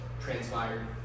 transpired